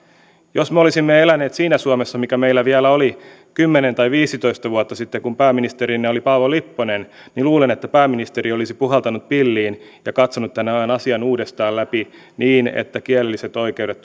jos me olisimme eläneet siinä suomessa mikä meillä vielä oli kymmenen tai viisitoista vuotta sitten kun pääministerinä oli paavo lipponen niin luulen että pääministeri olisi puhaltanut pilliin ja katsonut tämän tämän asian uudestaan läpi niin että kielelliset oikeudet